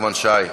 נחמן שי,